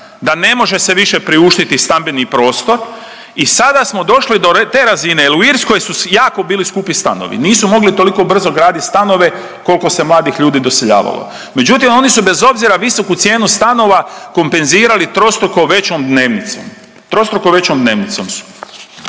da ne može se više priuštiti stambeni prostor i sada smo došli do te razine jer u Irskoj su jako bili skupi stanovi, nisu mogli toliko brzo graditi stanove koliko se mladih ljudi doseljavalo, međutim oni su bez obzira visoku cijenu stanova kompenzirali trostruko većom dnevnicom, trostruko većom dnevnicom.